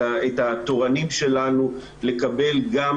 את התורנים שלנו לקבל גם